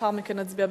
ולאחר מכן נצביע.